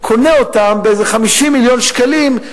קונה אותם ב-50 מיליון שקלים,